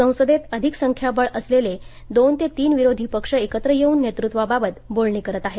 संसदेत अधिक संख्याबळ असलेले दोन ते तीन विरोधी पक्ष एकत्र येऊन नेतृत्वाबाबत बोलणी करत आहेत